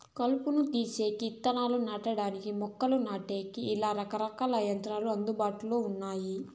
కలుపును తీసేకి, ఇత్తనాలు నాటడానికి, మొక్కలు నాటేకి, ఇలా రకరకాల యంత్రాలు అందుబాటులో ఉన్నాయి